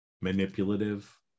manipulative